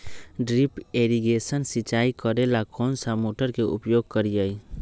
Drip irrigation सिंचाई करेला कौन सा मोटर के उपयोग करियई?